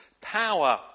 power